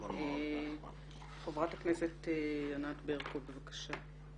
חברת הכנסת ענת ברקו, בבקשה.